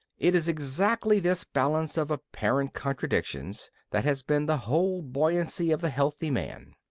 it is exactly this balance of apparent contradictions that has been the whole buoyancy of the healthy man.